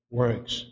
works